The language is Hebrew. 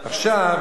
עכשיו,